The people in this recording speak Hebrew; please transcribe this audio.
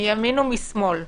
מימין ומשמאל,